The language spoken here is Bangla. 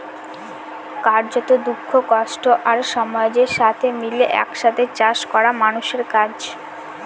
কার্যত, দুঃখ, কষ্ট আর সমাজের সাথে মিলে এক সাথে চাষ করা মানুষের কাজ